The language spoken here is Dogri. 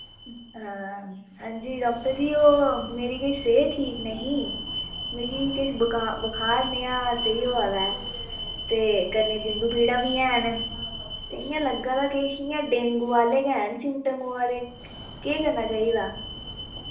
हां जी डाक्टर जी ओह् मेरी किश सेह्त ठीक नेईं ही मिकी किश बका बखार नेहा सेही होआ दा ऐ ते कन्नै जिंदु पीड़ां बी हैन ते इ'यां लग्गा दा किश इ'यां डेंगू आह्ले गै न सिम्पटम आवा दे केह् करना चाहिदा